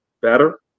better